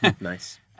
nice